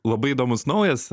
labai įdomus naujas